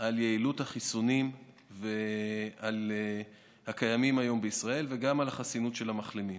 על יעילות החיסונים הקיימים היום בישראל וגם על החסינות של המחלימים.